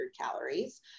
calories